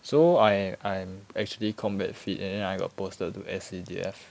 so I I'm actually combat fit and then I got posted to S_C_D_F